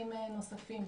צרכים נוספים.